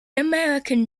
american